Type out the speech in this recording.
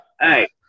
Hey